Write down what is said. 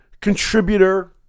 contributor